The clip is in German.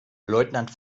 leutnant